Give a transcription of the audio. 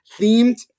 themed